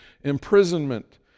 imprisonment